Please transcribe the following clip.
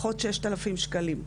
לפחות 6,000 שקלים,